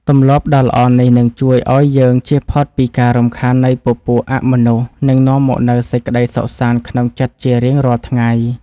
ទម្លាប់ដ៏ល្អនេះនឹងជួយឱ្យយើងជៀសផុតពីការរំខាននៃពពួកអមនុស្ស និងនាំមកនូវសេចក្តីសុខសាន្តក្នុងចិត្តជារៀងរាល់ថ្ងៃ។